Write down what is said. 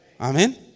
Amen